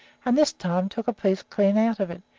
and this time took a piece clean out of it,